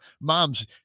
mom's